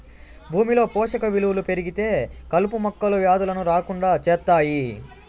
భూమిలో పోషక విలువలు పెరిగితే కలుపు మొక్కలు, వ్యాధులను రాకుండా చేత్తాయి